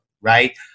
right